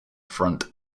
front